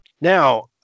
Now